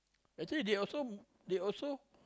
actually they also they also